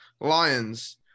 Lions